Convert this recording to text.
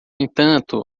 entanto